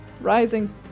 rising